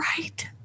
right